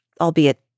albeit